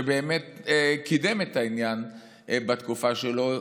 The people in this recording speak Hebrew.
שבאמת קידם את העניין בתקופה שלו,